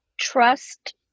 trust